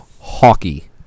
hockey